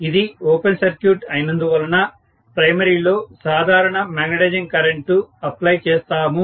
ఇది open circuit అయినందువలన ప్రైమరీలో సాధారణ మాగ్నెటైజింగ్ కరెంటు అప్లై చేస్తాము